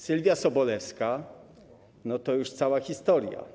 Sylwia Sobolewska - no to już cała historia.